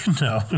No